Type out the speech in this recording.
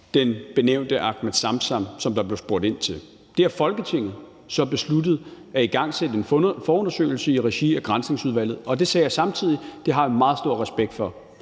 den benævnte Ahmed Samsam, som der blev spurgt ind til. Der har Folketinget så besluttet at igangsætte en forundersøgelse i regi af Granskningsudvalget, og det sagde jeg samtidig at jeg har en meget stor respekt for.